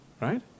right